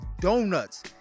donuts